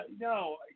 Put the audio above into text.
no